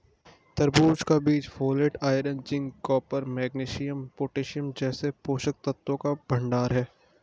तरबूज के बीज folate, iron, zinc, copper, magnesium, potassium जैसे पोषक तत्वों का भंडार है